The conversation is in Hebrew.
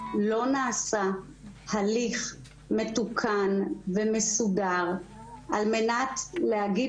לא נעשה הליך מתוקן ומסודר על מנת להגיד